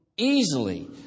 Easily